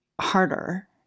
harder